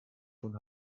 von